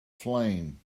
flame